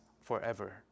forever